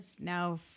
now